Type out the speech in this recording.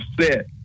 set